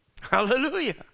Hallelujah